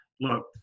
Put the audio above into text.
Look